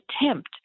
attempt